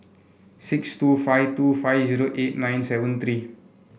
six two five two five zero eight nine seven three